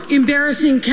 embarrassing